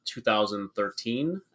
2013